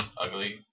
Ugly